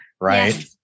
right